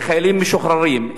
לחיילים משוחררים.